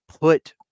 put